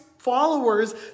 Followers